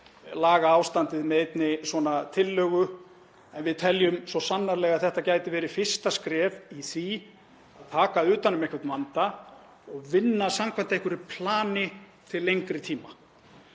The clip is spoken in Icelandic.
laga ástandið með einni svona tillögu. En við teljum svo sannarlega að þetta gæti verið fyrsta skref í því að taka utan um vandann og vinna samkvæmt einhverju plani til lengri tíma.